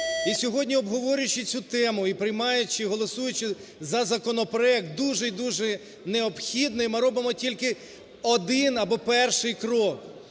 І сьогодні обговорюючи цю тему і приймаючи, голосуючи за законопроект дуже й дуже необхідний, ми робимо тільки один або перший крок.